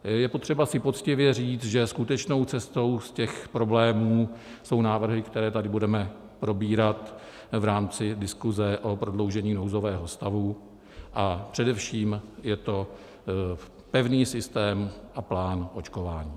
Je potřeba si poctivě říct, že skutečnou cestou z problémů jsou návrhy, které tady budeme probírat v rámci diskuze o prodloužení nouzového stavu, a především je to pevný systém a plán očkování.